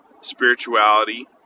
spirituality